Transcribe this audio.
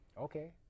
Okay